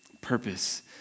purpose